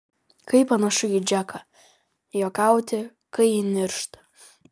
kaip panašu į džeką juokauti kai ji niršta